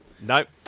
Nope